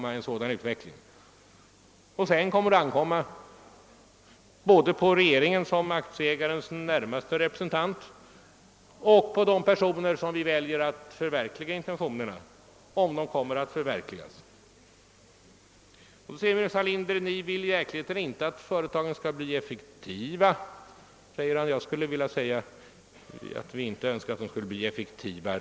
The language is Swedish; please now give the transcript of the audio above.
Att förverkliga denna utveckling är en uppgift som får ankomma både på regeringen som aktieägarnas närmaste representant och på de personer vi väljer att förverkliga intentionerna. Herr Burenstam Linder säger vidare att vi i själva verket inte vill att företagen skall bli effektiva. Jag skulle vilja säga att vi önskar att de skall bli effektivare.